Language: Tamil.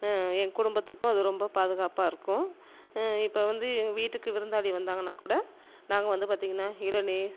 என் குடும்பத்துக்கும் அது ரொம்ப பாதுகாப்பாக இருக்கும் இப்போ வந்து எங்கள் வீட்டுக்கு விருந்தாளி வந்தாங்கன்னா கூட நாங்கள் வந்து பார்த்தீங்கன்னா இளநீர்